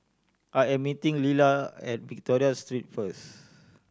I am meeting Lila at Victoria Street first